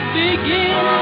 begin